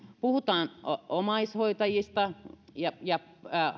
puhutaan kauniisti omaishoitajista ja ja